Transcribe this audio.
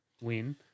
win